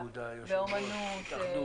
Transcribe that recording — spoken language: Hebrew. באומנות,